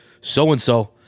so-and-so